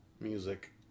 music